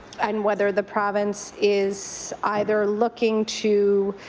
and whether the province is either looking to